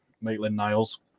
Maitland-Niles